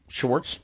shorts